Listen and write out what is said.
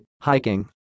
hiking